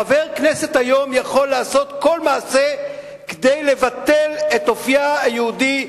חבר כנסת היום יכול לעשות כל מעשה כדי לבטל את אופיה היהודי,